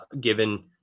given